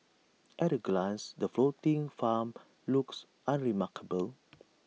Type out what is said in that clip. at A glance the floating farm looks unremarkable